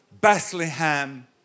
Bethlehem